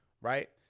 Right